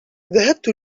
ذهبت